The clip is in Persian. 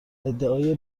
ادعای